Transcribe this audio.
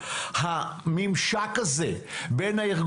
את העדכון הזה נביא בפני ועדת השרים.